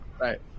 Right